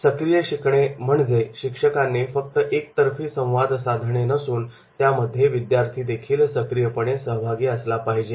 सक्रिय शिकणे म्हणजे शिक्षकाने फक्त एकतर्फी संवाद साधणे नसून त्यामध्ये विद्यार्थी देखील सक्रियपणे सहभागी असला पाहिजे